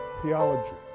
theology